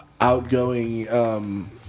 outgoing